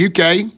UK